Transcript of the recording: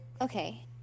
Okay